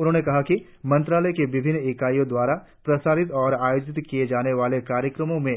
उन्होंने कहा कि मंत्रालय की विभिन्न इकाइयों द्वारा प्रसारित और आयोजित किये जाने वाले कार्यक्रमों में